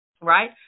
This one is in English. right